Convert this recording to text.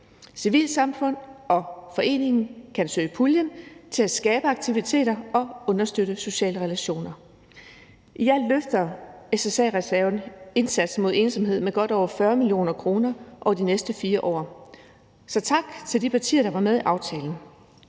Civilsamfund og foreninger kan søge puljen til at skabe aktiviteter og understøtte sociale relationer. I alt løfter SSA-reserven indsatsen mod ensomhed med over godt 40 mio. kr. over de næste 4 år. Så tak til de partier, der var med i aftalen.